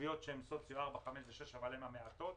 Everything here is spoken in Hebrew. ערביות שהן במעמד 4, 5 ו-6 אבל הן המעטות